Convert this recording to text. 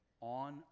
on